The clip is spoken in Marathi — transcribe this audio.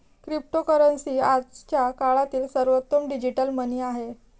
क्रिप्टोकरन्सी आजच्या काळातील सर्वोत्तम डिजिटल मनी आहे